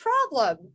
problem